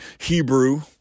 Hebrew